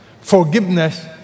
forgiveness